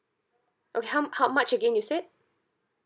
okay how how much again you said